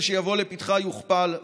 לפתחה יוכפל,